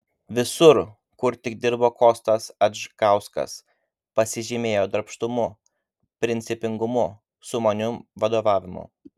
visur kur tik dirbo kostas adžgauskas pasižymėjo darbštumu principingumu sumaniu vadovavimu